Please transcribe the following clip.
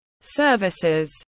Services